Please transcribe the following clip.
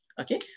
Okay